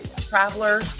traveler